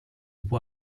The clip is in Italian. può